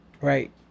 right